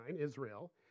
Israel